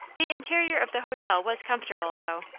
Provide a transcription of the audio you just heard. the interior of the hotel was comfortable, though,